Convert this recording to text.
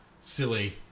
silly